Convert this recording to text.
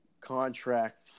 contract